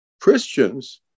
Christians